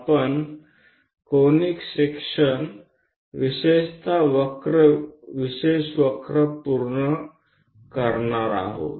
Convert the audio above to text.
आपण conic section विशेषतः विशेष वक्र पूर्ण करणार आहोत